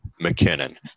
McKinnon